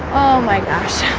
my gosh